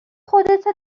خودتو